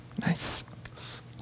Nice